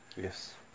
yes